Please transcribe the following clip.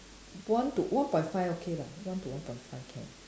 one to one point five okay lah one to one point five can